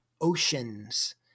oceans